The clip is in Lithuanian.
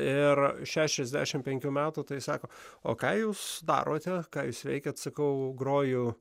ir šešiasdešimt penkių metų tai sako o ką jūs darote ką jūs veikiat sakau grojau